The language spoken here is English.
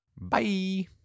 Bye